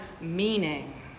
meaning